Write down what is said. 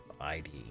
ID